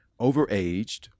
Overaged